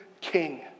king